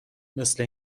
مثل